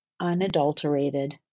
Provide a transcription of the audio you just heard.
unadulterated